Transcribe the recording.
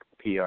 PR